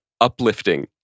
uplifting